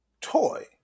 toy